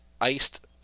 iced